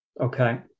Okay